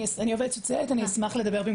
אני עובדת סוציאלית אני אשמח לדבר במקומה.